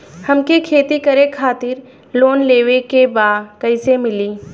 हमके खेती करे खातिर लोन लेवे के बा कइसे मिली?